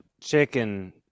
chicken